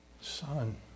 Son